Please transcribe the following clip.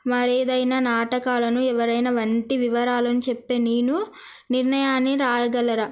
మరి ఏదైనా నాటకాలను ఎవరైనా వంటి వివరాలను చెప్పే నేను నిర్ణయాన్ని రాయగలరా